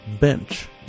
BENCH